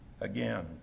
Again